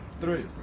Three